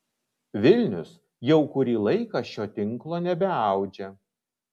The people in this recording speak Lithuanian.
vilnius jau kurį laiką šio tinklo nebeaudžia